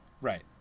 Right